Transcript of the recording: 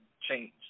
change